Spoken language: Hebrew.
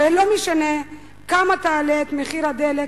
הרי לא משנה כמה תעלה את מחיר הדלק,